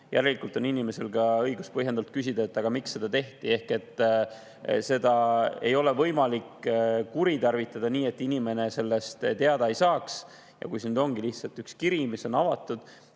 Järelikult on inimesel ka õigus põhjendatult küsida, miks seda tehti. Ehk seda ei ole võimalik kuritarvitada nii, et inimene sellest teada ei saaks. Ja kui ongi lihtsalt üks kiri, mis on avatud,